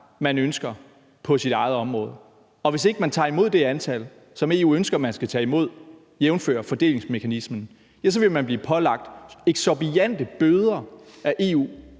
de ønsker på deres eget område. Og hvis ikke man tager imod det antal, som EU ønsker man skal tage imod, jævnfør fordelingsmekanismen, så vil man blive pålagt eksorbitante bøder af EU